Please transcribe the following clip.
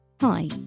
Hi